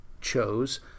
chose